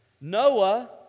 Noah